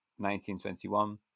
1921